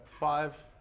five